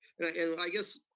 and i guess,